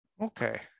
Okay